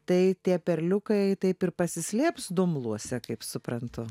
tai tie perliukai taip ir pasislėps dumbluose kaip suprantu